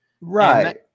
Right